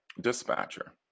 dispatcher